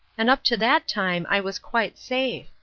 and up to that time i was quite safe.